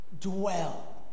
dwell